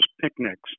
picnics